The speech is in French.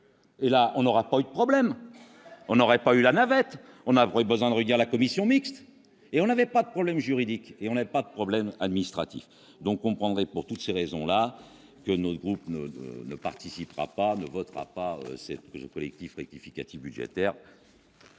Et là, on n'aura pas de problème, on n'aurait pas eu la navette on vrai besoin de réunir la commission mixte et on n'avait pas de problèmes juridiques et on n'a pas de problèmes administratifs, donc on prendrait pour toutes ces raisons-là non groupe ne participera pas, ne votera pas c'est jeu collectif rectificatif budgétaire.